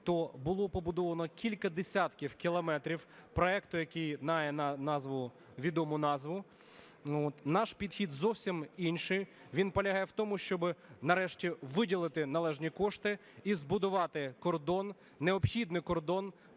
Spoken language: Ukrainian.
то було побудовано кілька десятків кілометрів, проект, який має назву, відому назву. Наш підхід зовсім інший, він полягає в тому, щоб нарешті виділити належні кошти і збудувати кордон, необхідний кордон,